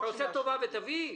אתה עושה טובה ותביא?